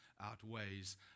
outweighs